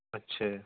ਅੱਛਾ